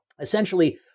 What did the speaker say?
essentially